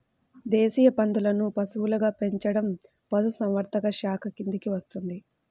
దేశీయ పందులను పశువులుగా పెంచడం పశుసంవర్ధక శాఖ కిందికి వస్తుంది